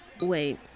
Wait